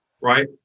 right